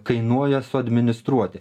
kainuoja suadministruoti